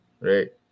right